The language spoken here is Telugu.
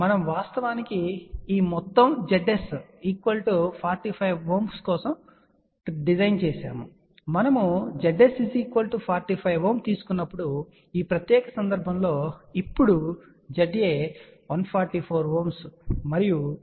మనము వాస్తవానికి ఈ మొత్తం Zs45ohm కోసం రూపొందించాము మనము Zs45 ohm తీసుకున్నప్పుడు ఈ ప్రత్యేక సందర్భంలో ఇప్పుడు Za 144 ohm మరియు Zb 97